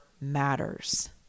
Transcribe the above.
matters